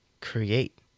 create